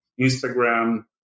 Instagram